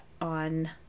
on